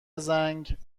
زنگ